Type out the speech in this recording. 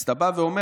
אז אתה בא ואומר,